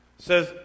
Says